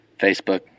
Facebook